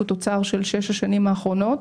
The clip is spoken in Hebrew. הוא תוצר של שש השנים האחרונות.